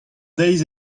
deiz